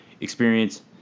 experience